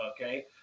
okay